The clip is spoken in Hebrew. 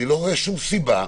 אני לא רואה שום סיבה,